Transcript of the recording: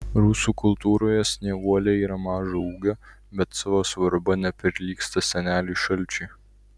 rusų kultūroje snieguolė yra mažo ūgio bet savo svarba neprilygsta seneliui šalčiui